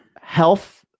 health